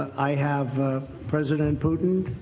i have president putin.